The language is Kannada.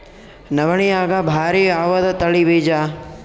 ನವಣಿಯಾಗ ಭಾರಿ ಯಾವದ ತಳಿ ಬೀಜ?